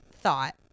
thought